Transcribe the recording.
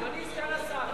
אדוני סגן השר,